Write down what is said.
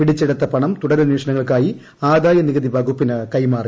പിടിച്ചെടുത്ത പണം തുടരന്വേഷണങ്ങൾക്കായി ആദായനികുതി വകുപ്പിന് കൈമാറി